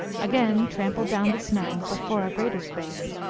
again trampled down the snow, but for a greater space,